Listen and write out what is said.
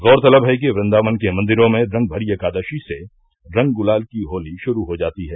गौरतलब है कि वृदावन के मंदिरो में रंगभरी एकादशी से रंग गुलाल की होली शुरू हो जाती है